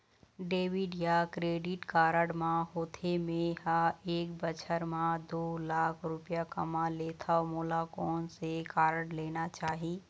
Debit या credit card का होथे, मे ह एक बछर म दो लाख रुपया कमा लेथव मोला कोन से कारड लेना चाही?